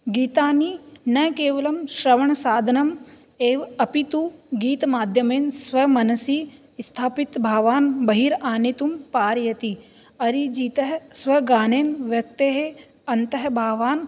गीतानि न केवलं श्रवणसाधनम् एव अपितु गीतमाध्यमेन स्वमनसि स्थापितभावान् बहिः आनेतुं पारयति अरिजितः स्वगानेन व्यक्तेः अन्तर्भावान्